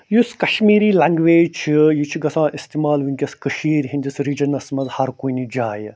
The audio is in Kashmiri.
یُس کشمیری لنٛگویج چھُ یہِ چھِ گژھان استعمال وٕنۍکٮ۪س کٔشیٖرِ ہٕنٛدِس رِجنس منٛز ہر کُنہِ جایہِ